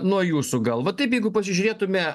nuo jūsų gal va taip jeigu pasižiūrėtume